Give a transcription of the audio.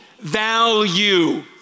value